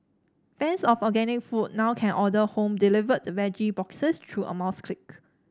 fans of organic food now can order home delivered veggie boxes through a mouse click